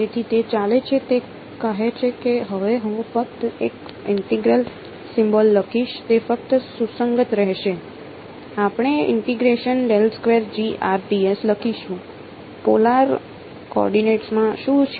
તેથી તે ચાલે છે તે કહે છે કે હવે હું ફક્ત એક ઇન્ટેગ્રલ સિમ્બોલ લખીશ તે ફક્ત સુસંગત રહેશે આપણે લખીશું પોલાર કોઓર્ડિનેટ્સ માં શું છે